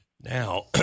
Now